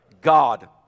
God